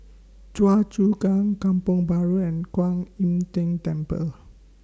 Choa Chu Kang Kampong Bahru and Kwan Im Tng Temple